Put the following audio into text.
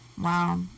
Wow